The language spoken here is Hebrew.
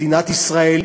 מדינת ישראל,